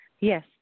Yes